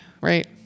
Right